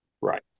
Right